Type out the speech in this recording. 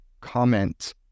comment